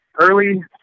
early